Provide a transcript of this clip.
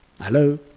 Hello